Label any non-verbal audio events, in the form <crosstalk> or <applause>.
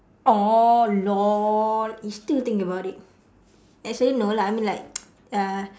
oh lol you still think about it actually no lah I mean like <noise> uh